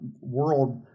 world